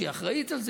שהיא אחראית על זה,